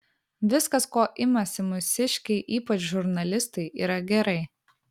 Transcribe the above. viskas ko imasi mūsiškiai ypač žurnalistai yra gerai